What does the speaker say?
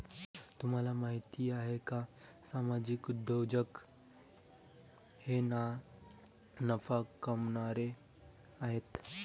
तुम्हाला माहिती आहे का सामाजिक उद्योजक हे ना नफा कमावणारे आहेत